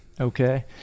Okay